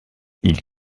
ils